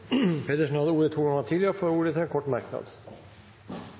Pedersen har hatt ordet to ganger tidligere og får ordet til en kort merknad,